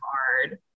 hard